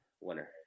winner